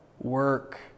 Work